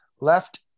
left